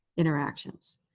interactions.